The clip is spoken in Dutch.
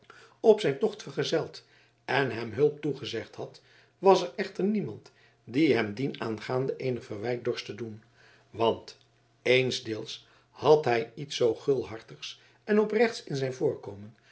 op zijn tocht vergezeld en hem hulp toegezegd had was er echter niemand die hem dienaangaande eenig verwijt dorst te doen want eensdeels had hij iets zoo gulhartigs en oprechts in zijn voorkomen